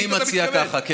אז אני מציע ככה.